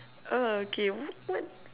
uh okay what